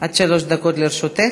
עד שלוש דקות לרשותך.